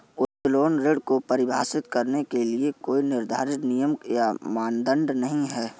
उत्तोलन ऋण को परिभाषित करने के लिए कोई निर्धारित नियम या मानदंड नहीं है